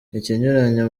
ikinyuranyo